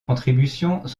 contributions